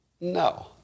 No